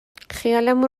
خیالمون